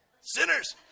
Sinners